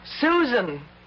Susan